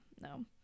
No